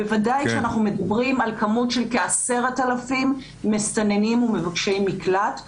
בוודאי כשאנחנו מדברים על כמות של כ-10,000 מסתננים ומבקשי מקלט,